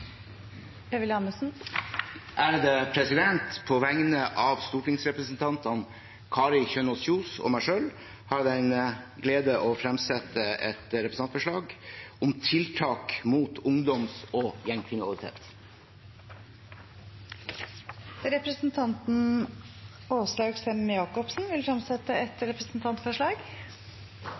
Per-Willy Amundsen vil fremsette et representantforslag. På vegne av stortingsrepresentantene Kari Kjønaas Kjos og meg selv har jeg gleden av å fremsette et forslag om tiltak mot ungdoms- og gjengkriminalitet. Representanten Åslaug Sem-Jacobsen vil fremsette et representantforslag.